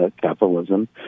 capitalism